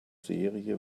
serie